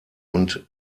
und